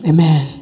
Amen